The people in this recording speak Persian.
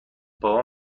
بابام